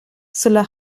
sulla